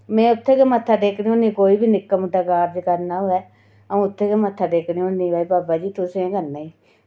में उत्थै गै मत्था टेकदी कोई बी निक्का मुट्टा कारज करना होऐ ते अ'ऊं उत्थै गै मत्था टेकनी कि बाबा जी तुसें गै करना ई